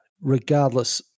Regardless